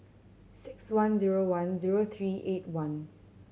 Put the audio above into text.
six one zero one zero three eight one